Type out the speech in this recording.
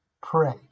Pray